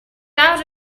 out